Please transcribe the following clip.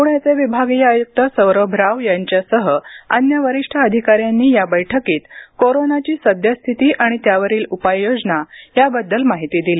पुण्याचे विभागीय आयुक्त सौरभ राव यांच्यासह अन्य वरिष्ठ अधिकाऱ्यांनी या बैठकीत कोरोनाची सद्यस्थिती आणि त्यावरील उपाययोजना याबद्दल माहिती दिली